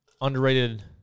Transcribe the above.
underrated